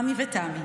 עמי ותמי,